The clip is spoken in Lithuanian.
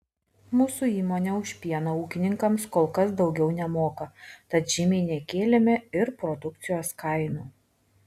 mūsų įmonė už pieną ūkininkams kol kas daugiau nemoka tad žymiai nekėlėme ir produkcijos kainų